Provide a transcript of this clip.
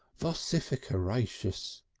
vocificeratious,